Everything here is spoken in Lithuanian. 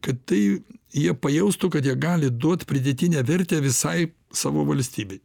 kad tai jie pajaustų kad jie gali duot pridėtinę vertę visai savo valstybei